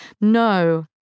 no